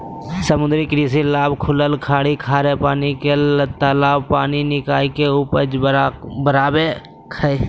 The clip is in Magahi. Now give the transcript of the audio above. समुद्री कृषि लाभ खुलल खाड़ी खारे पानी के तालाब पानी निकाय के उपज बराबे हइ